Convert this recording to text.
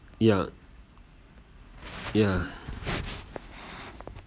ya ya